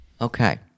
okay